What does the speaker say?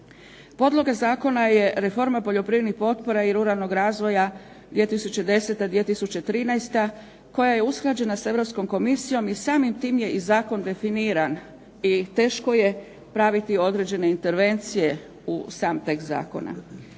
Podloga zakona je Reforma poljoprivrednih potpora i ruralnom razvoja 2010.-2013. koja je usklađena s Europskom komisijom i samim tim je i zakon definiran i teško je praviti određene intervencije u sam tekst zakona.